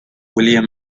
william